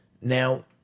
Now